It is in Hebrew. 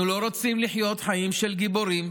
אנחנו לא רוצים לחיות חיים של גיבורים.